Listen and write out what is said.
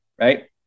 right